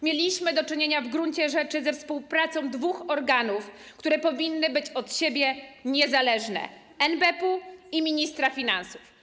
Mieliśmy do czynienia w gruncie rzeczy ze współpracą dwóch organów, które powinny być od siebie niezależne: NBP i ministra finansów.